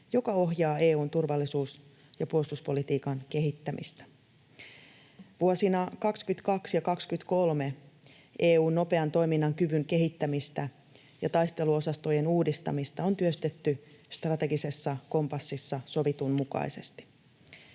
joka ohjaa EU:n turvallisuus- ja puolustuspolitiikan kehittämistä. Vuosina 22 ja 23 EU:n nopean toiminnan kyvyn kehittämistä ja taisteluosastojen uudistamista on työstetty strategisessa kompassissa sovitun mukaisesti.